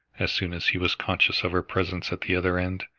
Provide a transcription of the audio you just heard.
as soon as he was conscious of her presence at the other end.